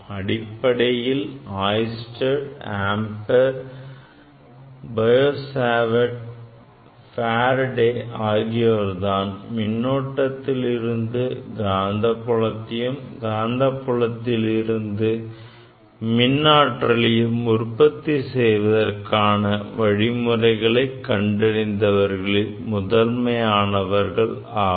அடிப்படையில் Oersted Ampere Biot Savart Faraday ஆகியோர்தான் மின்னோட்டத்தில் இருந்து காந்தப்புலத்தையும் காந்தப்புலத்தில் இருந்து மின்னாற்றலையும் உற்பத்தி செய்வதற்கான வழிமுறைகளை கண்டறிந்ததில் முதன்மையானவர்கள் ஆவர்